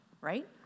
right